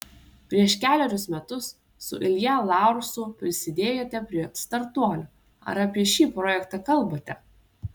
prieš kelerius metus su ilja laursu prisidėjote prie startuolio ar apie šį projektą kalbate